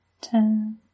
ten